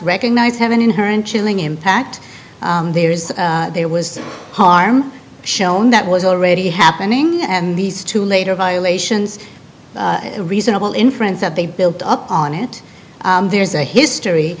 recognized have an inherent chilling impact there is there was harm shown that was already happening and these two later violations reasonable inference that they built up on it there's a history